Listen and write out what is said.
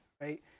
right